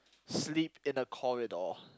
sleep in the corridor